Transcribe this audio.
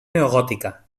neogòtica